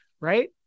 right